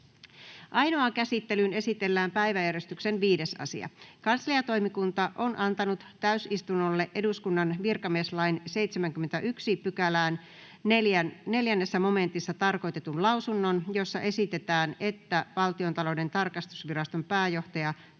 Ainoaan käsittelyyn esitellään päiväjärjestyksen 5. asia. Kansliatoimikunta on antanut täysistunnolle eduskunnan virkamieslain 71 §:n 4 momentissa tarkoitetun lausunnon, jossa esitetään, että Valtiontalouden tarkastusviraston pääjohtaja